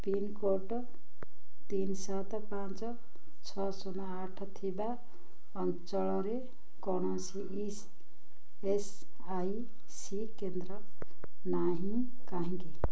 pincode ତିନି ସାତ ପାଞ୍ଚ ଛଅ ଶୂନ ଆଠ ଥିବା ଅଞ୍ଚଳରେ କୌଣସି ଇ ଏସ୍ ଆଇ ସି କେନ୍ଦ୍ର ନାହିଁ କାହିଁକି